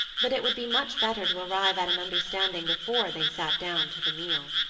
but it would be much better to arrive at an understanding before they sat down to the meal.